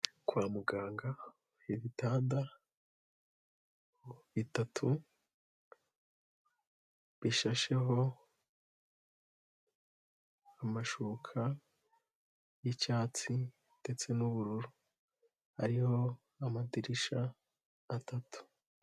Kwa muganga ibitanda bitatu bishasheho amashuka y'icyatsi ndetse n'ubururu, hariho amadirishya atatu.